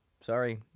sorry